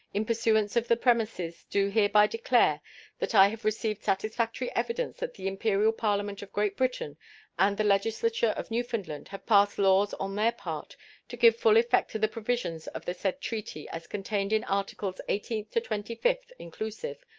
in pursuance of the premises, do hereby declare that i have received satisfactory evidence that the imperial parliament of great britain and the legislature of newfoundland have passed laws on their part to give full effect to the provisions of the said treaty as contained in articles eighteenth to twenty-fifth, inclusive,